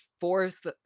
fourth